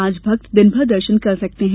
आज भक्त दिन भर दर्शन कर सकते हैं